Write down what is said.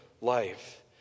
life